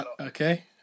okay